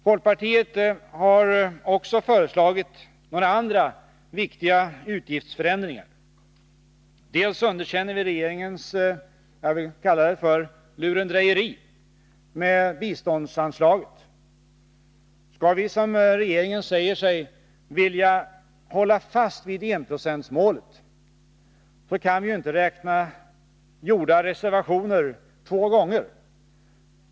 Folkpartiet har också föreslagit andra viktiga utgiftsändringar. Till att börja med underkänner vi regeringens — som jag vill kalla det — lurendrejeri med biståndsanslaget. Skall vi, som regeringen säger sig vilja göra, hålla fast vid enprocentsmålet, så kan vi inte räkna gjorda reservationer två gånger.